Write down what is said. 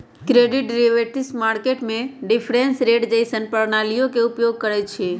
credit derivatives market में difference rate जइसन्न प्रणालीइये के उपयोग करइछिए